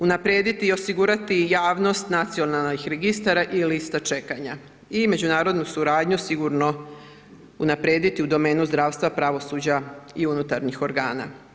Unaprijediti i osigurati javnost nacionalnih registra i lista čekanja i međunarodnu suradnju sigurno unaprijediti u domenu zdravstva, pravosuđa i unutarnjih organa.